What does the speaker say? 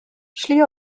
szli